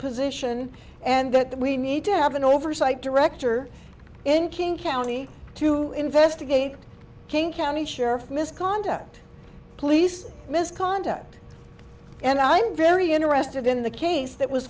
position and that we need to have an oversight director in king county to investigate king county sheriff misconduct police misconduct and i'm very interested in the case that was